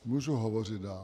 Můžu hovořit dál?